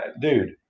Dude